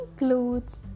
includes